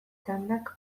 txandak